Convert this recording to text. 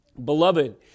Beloved